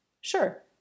Sure